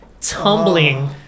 tumbling